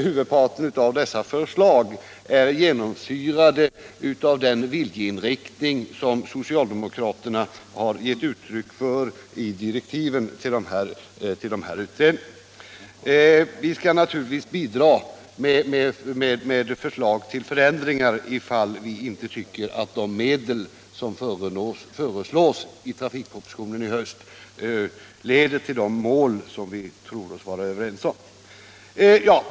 Huvudparten av dessa förslag är genomsyrade av den viljeinriktning som socialdemokraterna har gett uttryck för i direktiven till utredningarna. Vi skall naturligtvis bidra med förslag till förändringar ifall vi inte tycker att de medel som föreslås i trafikpropositionen i höst leder till de mål som vi tror oss vara överens om.